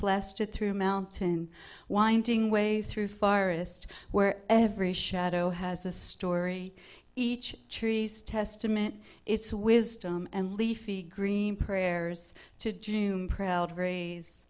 blasted through mountain winding way through far ist where every shadow has a story each tree's testament its wisdom and leafy green prayers to june proud ra